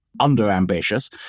under-ambitious